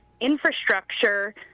infrastructure